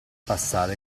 passare